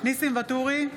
ניסים ואטורי,